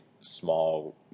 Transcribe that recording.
small